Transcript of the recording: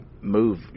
move